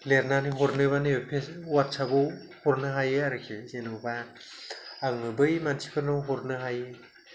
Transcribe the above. लिरनानै हरनोब्ला नैबे अवाटसएपआव हरनो हायो आरोखि जेनेबा आङो बै मानसिफोरनाव हरनो हायो